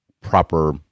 proper